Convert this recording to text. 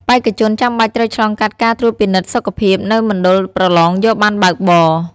បេក្ខជនចាំបាច់ត្រូវឆ្លងកាត់ការត្រួតពិនិត្យសុខភាពនៅមណ្ឌលប្រឡងយកប័ណ្ណបើកបរ។